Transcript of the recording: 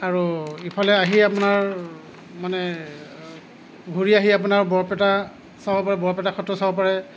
আৰু ইফালে আহি আপোনাৰ মানে ঘূৰি আহি আপোনাৰ বৰপেটা চাব পাৰে বৰপেটা সত্ৰ চাব পাৰে